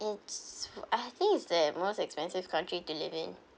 it's I think it's the most expensive country to live in